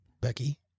Becky